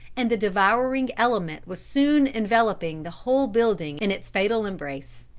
and the devouring element was soon enveloping the whole building in its fatal embrace.